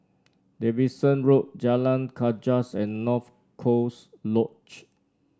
Davidson Road Jalan Gajus and North Coast Lodge